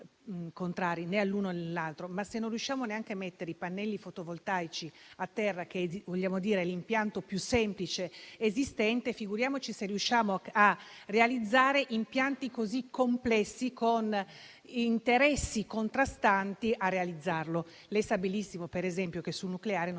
né all'uno né all'altro. Ma, se non riusciamo neanche a mettere i pannelli fotovoltaici a terra, che è l'impianto più semplice esistente, figuriamoci se riusciamo a realizzare impianti così complessi, con interessi contrastanti. Lei sa benissimo, per esempio, che sul nucleare non